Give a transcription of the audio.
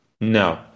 No